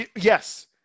yes